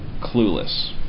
clueless